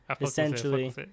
Essentially